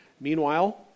Meanwhile